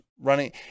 running